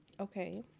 Okay